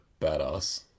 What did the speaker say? badass